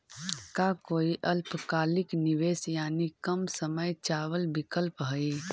का कोई अल्पकालिक निवेश यानी कम समय चावल विकल्प हई?